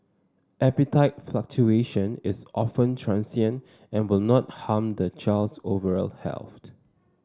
appetite fluctuation is often transient and will not harm the child's overall health